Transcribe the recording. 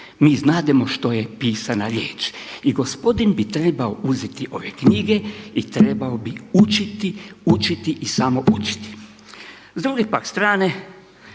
Mi znademo što je pisana riječ. I gospodin bi trebao uzeti ove knjige i trebao bi učiti, učiti i samo učiti. S druge pak strane,